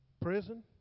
prison